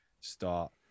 start